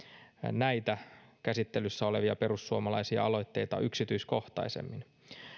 näitä käsittelyssä olevia perussuomalaisia aloitteita yksityiskohtaisemmin